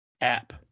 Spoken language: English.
app